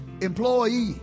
employee